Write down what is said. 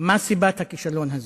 מה סיבת הכישלון הזה,